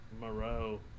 moreau